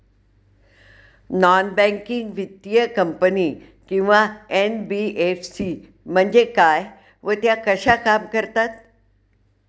Non banking वित्तीय company किंवा NBFC म्हणजे काय व त्या कशा काम करतात?